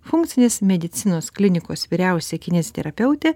funkcinės medicinos klinikos vyriausia kineziterapeute